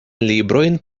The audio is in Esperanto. librojn